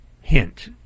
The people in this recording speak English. hint